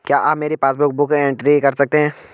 क्या आप मेरी पासबुक बुक एंट्री कर सकते हैं?